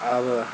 आब